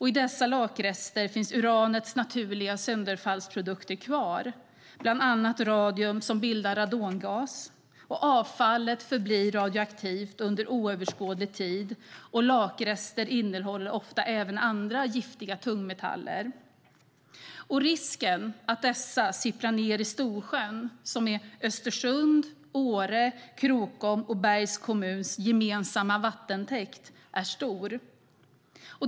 I dessa lakrester finns uranets naturliga sönderfallsprodukter kvar, bland annat radium, som bildar radongas. Avfallet förblir radioaktivt under oöverskådlig tid, och lakrester innehåller ofta även andra giftiga tungmetaller. Risken för att dessa sipprar ned i Storsjön, som är gemensam vattentäkt för Östersunds, Åre, Krokoms och Bergs kommuner, är stor.